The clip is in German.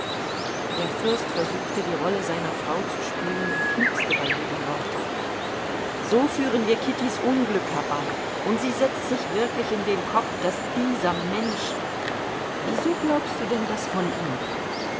der fürst versuchte die rolle seiner frau zu spielen und knickste bei jedem worte so führen wir kittys unglück herbei und sie setzt sich wirklich in den kopf daß dieser mensch wieso glaubst du denn das von ihm